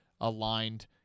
aligned